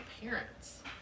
parents